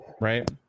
right